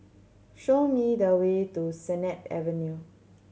show me the way to Sennett Avenue